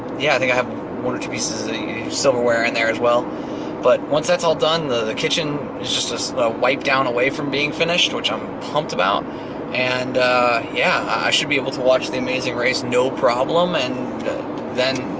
yeah i think i have one or two pieces of silverware in there as well but once that's all done the kitchen is just a ah wipe down away from being finished which i'm pumped about and yeah i should be able to watch the amazing race no problem and then